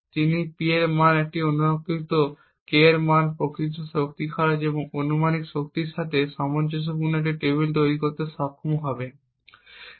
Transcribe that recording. তিনি একই P মান একটি অনুমানকৃত K মান প্রকৃত শক্তি খরচ এবং অনুমানিক শক্তির সাথে সামঞ্জস্যপূর্ণ একটি টেবিল তৈরি করতে সক্ষম হবেন